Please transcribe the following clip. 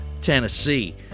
Tennessee